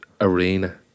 arena